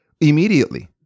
immediately